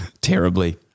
Terribly